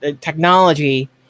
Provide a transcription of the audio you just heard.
technology